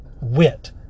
wit